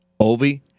Ovi